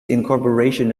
incorporation